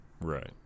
Right